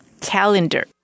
calendar